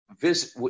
visit